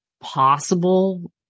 possible